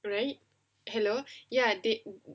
right hello ya